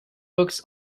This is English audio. books